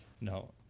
No